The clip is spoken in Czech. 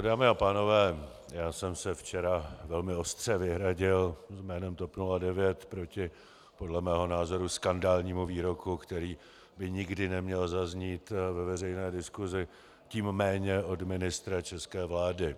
Dámy a pánové, já jsem se včera velmi ostře vyhradil jménem TOP 09 proti podle mého názoru skandálnímu výroku, který by nikdy neměl zaznít ve veřejné diskusi, tím méně od ministra české vlády.